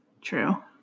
True